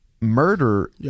murder